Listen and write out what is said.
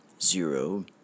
zero